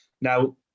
Now